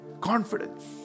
Confidence